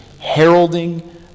heralding